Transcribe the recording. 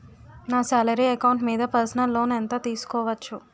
నా salary account మీద personal loan ఎంత తీసుకోవచ్చు?